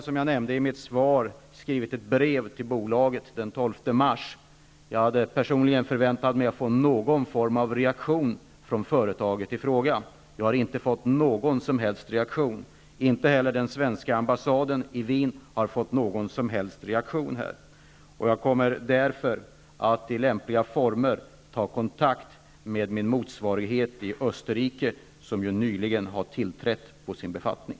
Som jag nämnde i mitt svar har jag den 12 mars i år skrivit ett brev till bolaget. Personligen hade jag väntat mig någon form av reaktion från företaget i fråga. Men jag har inte fått någon som helst reaktion. Inte heller den svenska ambassaden i Wien har fått någon sådan. Jag kommer därför att i lämpliga former ta kontakt med min kollega i Österrike, som nyligen har tillträtt sin befattning.